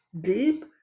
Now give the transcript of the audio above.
deep